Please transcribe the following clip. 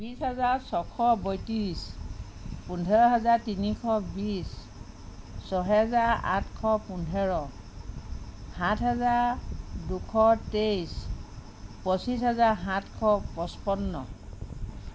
বিছ হাজাৰ ছশ বত্ৰিছ পোন্ধৰ হাজাৰ তিনিশ বিছ ছহেজাৰ আঠশ পোন্ধৰ সাত হেজাৰ দুশ তেইছ পঁচিছ হেজাৰ সাতশ পচপন্ন